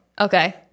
Okay